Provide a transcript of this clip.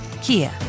Kia